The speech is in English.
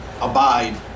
abide